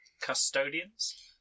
custodians